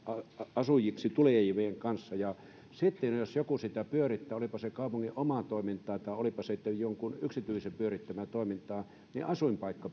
asujiksi tulevien kanssa sitten jos joku sitä toimintaa pyörittää olipa se kaupungin omaa tai jonkun yksityisen pyörittämää toimintaa niin asuinpaikka